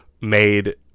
made